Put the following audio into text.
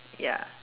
ya